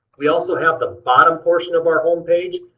we also have the bottom portion of our home page,